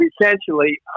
essentially